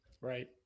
Right